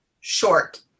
short